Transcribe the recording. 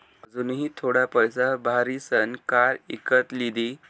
अनुजनी थोडा पैसा भारीसन कार इकत लिदी